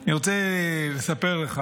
אני רוצה לספר לך